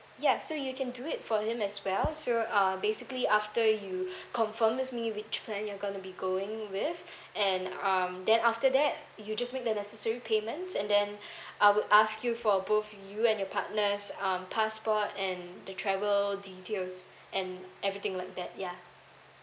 ya so you can do it for him as well so uh basically after you confirm with me which plan you're going to be going with and um then after that you just make the necessary payments and then I would ask you for both you and your partner's um passport and the travel details and everything like that ya